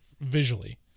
visually